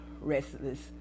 restless